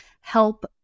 help